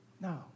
No